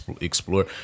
explore